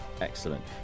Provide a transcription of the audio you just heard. Excellent